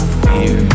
fear